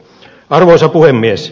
arvoisa puhemies